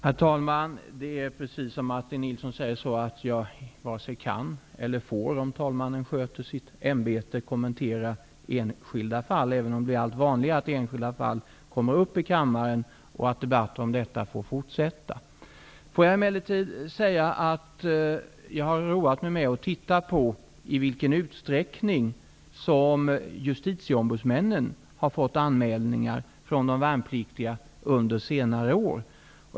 Herr talman! Det är, precis som Martin Nilsson säger, så att jag varken kan eller får -- om talmannen sköter sitt ämbete -- kommentera enskilda fall, även om det blir allt vanligare att enskilda fall kommer upp i kammaren och att debatter om detta får fortsätta. Jag har roat mig med att titta på i vilken utsträckning som justitieombudsmännen har fått anmälningar från värnpliktiga under senare år.